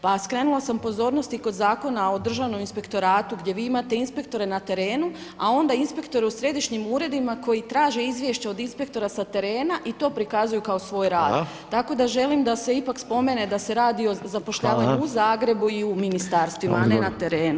Pa skrenula sam pozornost i kod Zakona o Državnom inspektoratu gdje vi imate inspektore na terenu, a onda inspektori u Središnjim uredima koji traže izvješća od inspektora sa terena i to prikazuju kao svoj rad [[Upadica: Hvala]] , tako da želim da se ipak spomene da se radi o zapošljavanju [[Upadica: Hvala]] u Zagrebu i u Ministarstvima, a ne na terenu.